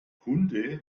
hunde